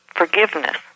Forgiveness